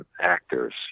actors